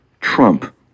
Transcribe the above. Trump